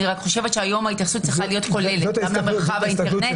אני רק חושבת שהיום ההתייחסות צריכה להיות כוללת למרחב האינטרנטי,